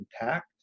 intact